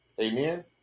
Amen